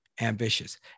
Ambitious